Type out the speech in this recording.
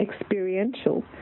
experiential